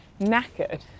knackered